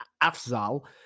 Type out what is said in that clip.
Afzal